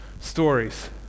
stories